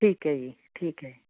ਠੀਕ ਹੈ ਜੀ ਠੀਕ ਹੈ